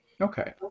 Okay